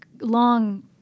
long